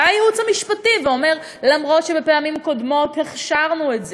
בא הייעוץ המשפטי ואומר: אומנם בפעמים קודמות הכשרנו את זה,